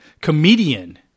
comedian